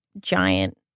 giant